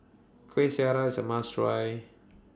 Kuih Syara IS A must Try